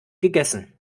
gegessen